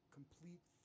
complete